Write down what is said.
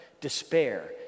despair